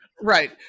Right